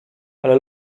ale